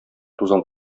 тузан